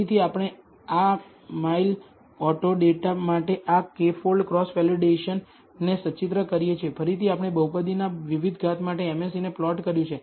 ફરીથી આપણે આ માઇલ ઓટો ડેટા માટે આ K ફોલ્ડ ક્રોસ વેલિડેશનને સચિત્ર કરી છે ફરીથી આપણે બહુપદીના વિવિધ ઘાત માટે MSEને પ્લોટ કર્યું છે